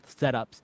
setups